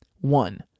One